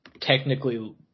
technically